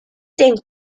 denk